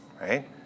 right